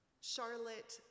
Charlotte